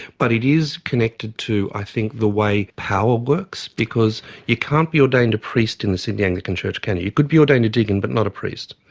but it is connected to, i think, the way power works. because you can't be ordained a priest in the sydney anglican church can you? you could be ordained a deacon but not a priest.